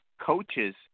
coaches